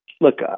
look